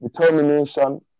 determination